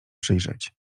przyjrzeć